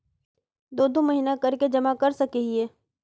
दो दो महीना कर के जमा कर सके हिये?